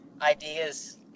Ideas